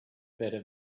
better